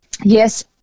Yes